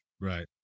Right